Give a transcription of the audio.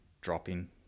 dropping